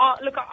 Look